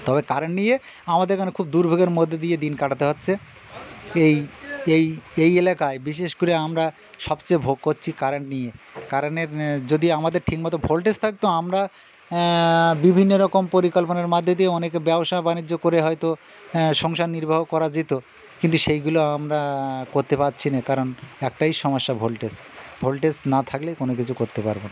তবে কারেন্ট নিয়ে আমাদের এখানে খুব দুর্ভোগের মধ্যে দিয়ে দিন কাটাতে হচ্ছে এই এই এই এলাকায় বিশেষ করে আমরা সবচেয়ে ভোগ করছি কারেন্ট নিয়ে কারেন্টের যদি আমাদের ঠিক মতো ভোল্টেজ থাকত আমরা বিভিন্ন রকম পরিকল্পনার মধ্যে দিয়ে অনেকে ব্যবসা বাণিজ্য করে হয়তো সংসার নির্বাহ করা যেত কিন্তু সেইগুলো আমরা করতে পারছি না কারণ একটাই সমস্যা ভোল্টেজ ভোল্টেজ না থাকলে কোনো কিছু করতে পারব না